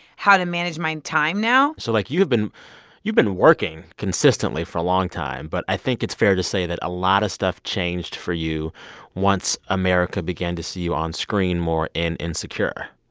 how to manage my time now so, like, you've been you've been working consistently for a long time, but i think it's fair to say that a lot of stuff changed for you once america began to see you on screen more in insecure.